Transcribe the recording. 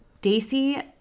Daisy